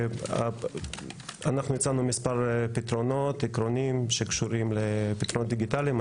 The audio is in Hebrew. אנחנו הצענו מספר פתרונות עקרוניות שקשורים לפתרונות דיגיטליים.